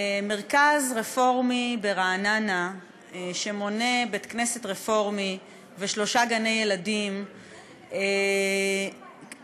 מרכז רפורמי ברעננה שבו בית-כנסת רפורמי ושלושה גני-ילדים היה